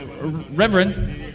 Reverend